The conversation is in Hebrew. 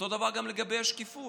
אותו הדבר גם לגבי השקיפות.